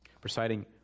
presiding